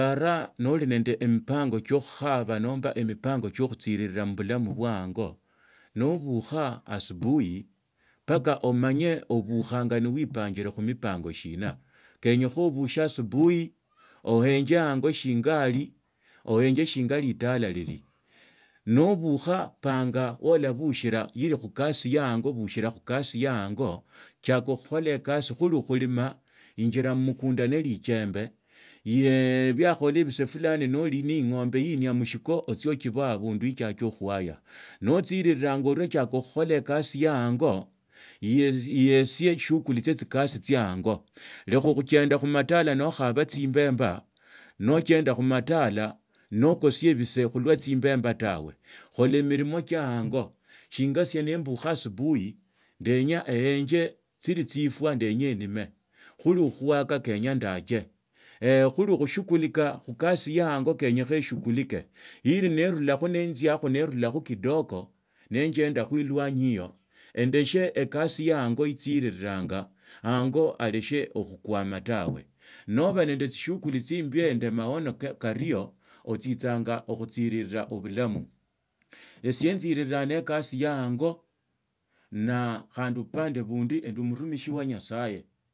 Mbaara noli nende emipango tsiokhukhaba, nomba emipango tsiokhutsiri poa mubilamu bwe ango nobukha asubuhi mpaka obukhe omanye obukhanya noibangira khumipango shina kanyekha obushe asubuhi oenje ango shinga ali oenye shinga litala lili nobukha panga olabushira ni khukasi ya ango bushira khukasi ya ango chiaka khukola chatsi khuli khulima injila mmukunda naluemba, yakhaola bisee fulani noli ne ing’ombe linia mushiko otsie otsiboye abundu itchiaka khuaya noochililanga orio, tsiaka khukhola lokasi ya ango yietsie shuguli tsie tsikasi tsimbemba nochenda khumatala nokosia bitsee khulwo tsimbemba tawe, khola emilima chie ango shinga tsie lwe mbukha asubuhi ndienya eenze tsili tsifwe ndeenya enime, khuli okhuaka kenyaa ndaaka khuli khushugulika khukasi ya aango kenyekha eshughulika. Ili nerurakho ninziakho nerurakho kidogo nenjendakho elwanyi hiyo endeshe ekasi ya ango neetsiriranga ango, aleshe okhukwama tawe noba nende tsishughuli tsimba nende amaono kario otsitsanga okhutsirira obulamu esie nziriraa nekasi ya ango na khandi bupanda bundi ndi murumishi wa nyasaye.